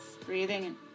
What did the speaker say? Breathing